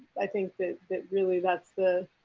i think that that really that's the.